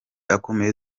akomeye